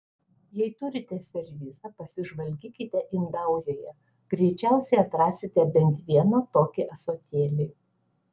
jei turite servizą pasižvalgykite indaujoje greičiausiai atrasite bent vieną tokį ąsotėlį